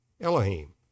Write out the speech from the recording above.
Elohim